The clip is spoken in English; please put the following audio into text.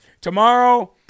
tomorrow